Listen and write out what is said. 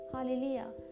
Hallelujah